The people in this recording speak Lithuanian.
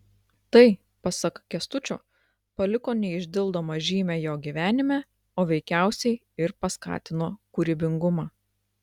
tai pasak kęstučio paliko neišdildomą žymę jo gyvenime o veikiausiai ir paskatino kūrybingumą